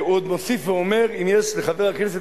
הוא עוד מוסיף ואומר: "אם יש לחבר הכנסת